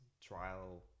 trial